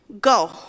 go